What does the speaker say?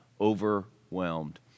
overwhelmed